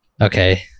Okay